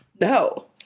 No